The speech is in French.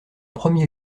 premier